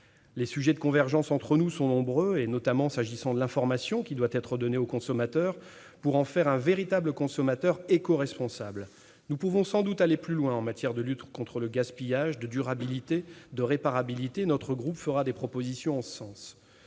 Les sujets de convergence entre nous sont nombreux, notamment s'agissant de l'information qui doit être donnée au consommateur pour qu'il devienne véritablement éco-responsable. Nous pouvons sans doute aller plus loin en matière de lutte contre le gaspillage, de durabilité et de réparabilité. Notre groupe fera des propositions en ce sens.